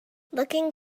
looking